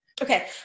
Okay